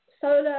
solar